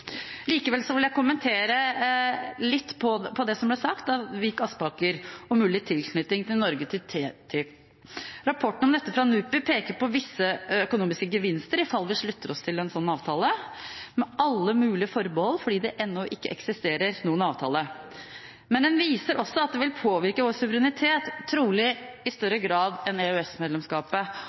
Likevel vil jeg kommentere litt det som ble sagt av Vik Aspaker om mulig tilknytning for Norge til TTIP. Rapporten om dette fra NUPI peker på visse økonomiske gevinster i fall vi slutter oss til en sånn avtale, med alle mulige forbehold fordi det ennå ikke eksisterer noen avtale. Men den viser også at det vil påvirke vår suverenitet, trolig i større grad enn